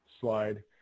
slide